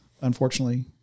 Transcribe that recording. unfortunately